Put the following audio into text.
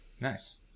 nice